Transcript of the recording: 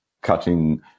cutting